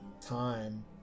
time